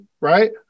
right